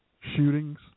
Shootings